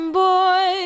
boy